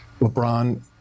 lebron